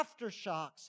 aftershocks